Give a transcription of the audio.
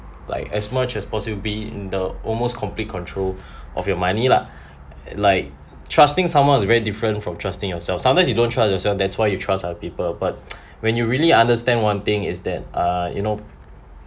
like as much as possible be in the almost complete control of your money lah like trusting someone is very different from trusting yourself sometimes you don't trust yourself that's why you trust other people but when you really understand one thing is that uh you know